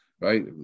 right